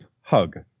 hug